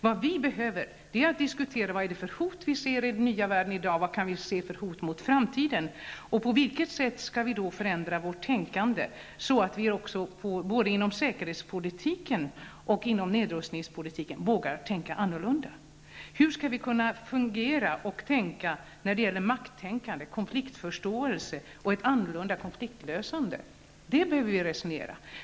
Vad vi behöver diskutera är de hot som vi i dag ser i den nya världen och vilka hot vi ser mot framtiden. På vilket sätt skall vi då förändra vårt tänkande så att vi både inom säkerhetspolitiken och inom nedrustningspolitiken vågar tänka annorlunda? Hur skall vi fungera och agera när det gäller makttänkande, konfliktförståelse och konfliktlösning? Det behöver vi resonera om.